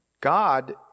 god